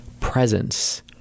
presence